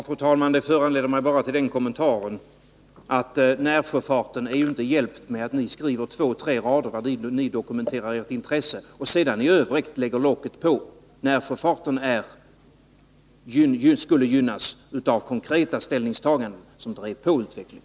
Fru talman! Det föranleder mig att bara göra den kommentaren att närsjöfarten inte är hjälpt med att ni skriver två tre rader där ni dokumenterar ert intresse och sedan i övrigt lägger locket på. Närsjöfarten skulle gynnas av konkreta ställningstaganden, som drev på utvecklingen.